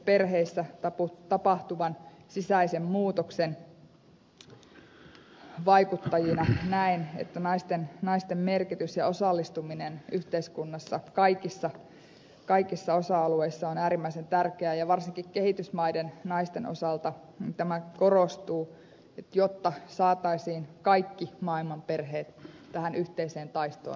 perheissä tapahtuvan sisäisen muutoksen vaikuttajina näen että naisten merkitys ja osallistuminen yhteiskunnan kaikilla osa alueilla on äärimmäisen tärkeää ja varsinkin kehitysmaiden naisten osalta tämä korostuu jotta saataisiin kaikki maailman perheet tähän yhteiseen taistoon ympäristömme puolesta